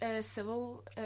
civil